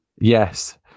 Yes